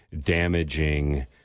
damaging